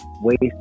waste